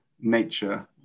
nature